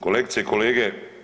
Kolegice i kolege.